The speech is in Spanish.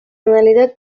realidad